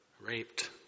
raped